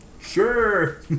Sure